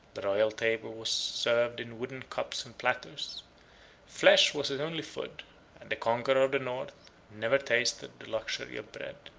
the royal table was served in wooden cups and platters flesh was his only food and the conqueror of the north never tasted the luxury of bread.